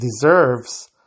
deserves